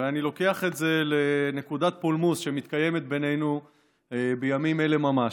ואני לוקח את זה לנקודת פולמוס שמתקיימת ביננו בימים אלה ממש.